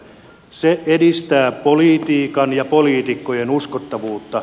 se edistää politiikan ja poliitikkojen uskottavuutta